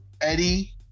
Eddie